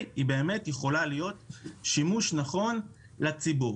היא באמת יכולה להוות שימוש נכון לציבור.